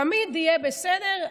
תמיד "יהיה בסדר",